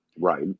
right